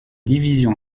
division